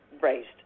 raised